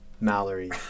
Mallory